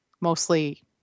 mostly